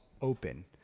open